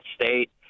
State